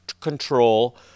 control